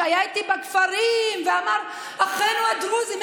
שהיה איתי בכפרים ואמר "אחינו הדרוזים"?